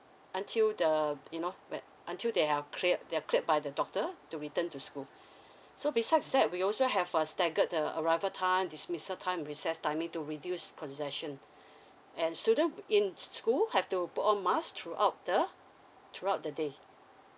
until the you know when until they have cleared they are cleared by the doctor to return to school so besides that we also have a staggered the arrival time dismissal time recess timing to reduce procession and students in school have to put on mask throughout the throughout the day